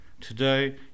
Today